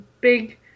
big